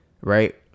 right